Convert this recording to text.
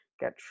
get